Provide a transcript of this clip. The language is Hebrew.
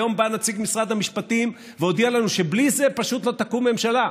היום בא נציג משרד המשפטים והודיע לנו שבלי זה פשוט לא תקום ממשלה,